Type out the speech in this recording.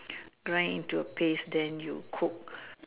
grind into a paste then you cook